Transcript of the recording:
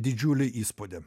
didžiulį įspūdį